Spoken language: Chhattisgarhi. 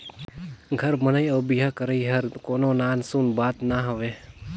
घर बनई अउ बिहा करई हर कोनो नान सून बात ना हवे